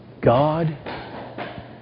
God